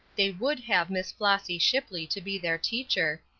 they would have miss flossy shipley to be their teacher,